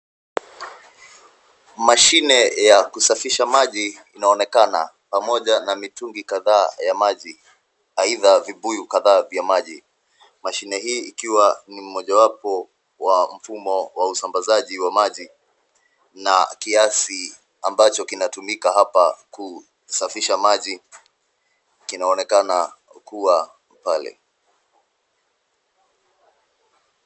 Mashine ya kusafisha maji inaonekana pamoja na mitungi kadhaa ya maji, aidhaa, vibuyu kadhaa vya maji. Mashine hii ikiwa ni mojawapo wa mfumo wa usambazaji wa maji, na kiasi ambacho kinatumika hapa kusafisha maji kinaonekana kuwa pale.